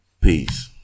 Peace